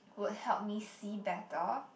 would help me see better